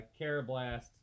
Carablast